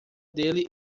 dele